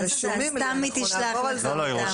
תמי תשלח לך.